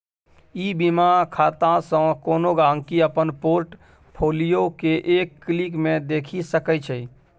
ई बीमा खातासँ कोनो गांहिकी अपन पोर्ट फोलियो केँ एक क्लिक मे देखि सकै छै